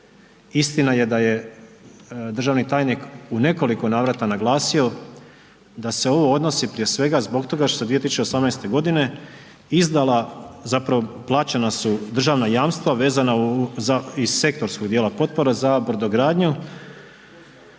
Istina je da je državni tajnik u nekoliko navrata naglasio da se ovo odnosi prije svega zbog toga što se 2018. godine izdala zapravo plaćena su državna jamstva iz sektorskog dijela potpora za brodogradnju,